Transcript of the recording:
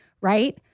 right